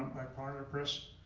by parlor press.